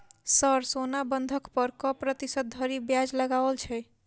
Sir सोना बंधक पर कऽ प्रतिशत धरि ब्याज लगाओल छैय?